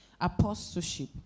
apostleship